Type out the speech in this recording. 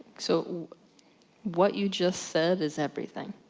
so what you just said is, everything.